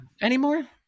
anymore